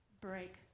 break